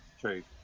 true